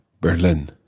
Berlin